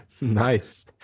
Nice